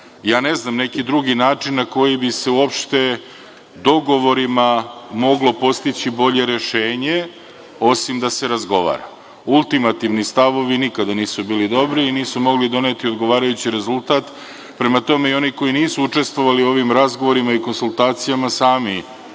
ne znam neki drugih način na koji bi se uopšte dogovorima moglo postići bolje rešenje, osim da se razgovara. Ultimativni stavovi nikada nisu bili dobri i nisu mogli doneti odgovarajući rezultat. Prema tome, i oni koji nisu učestvovali u ovim razgovorima i konsultacijama sami